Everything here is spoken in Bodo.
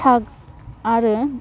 आरो